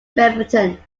beaverton